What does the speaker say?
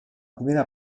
primera